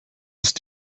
ist